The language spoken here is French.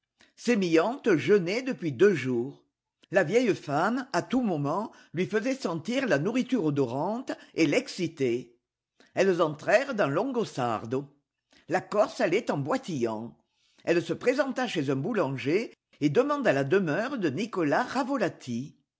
sémillante jeûnait depuis deux jours la vieille femme à tout moment lui faisait sentir la nourriture odorante et l'excitait elles entrèrent dans longosardo la corse allait en boitillant elle se présenta chez un boulanger et demanda la demeure de nicolas ravolati